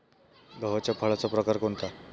गव्हाच्या फळाचा प्रकार कोणता?